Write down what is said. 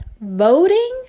voting